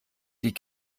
die